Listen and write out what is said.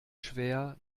schwer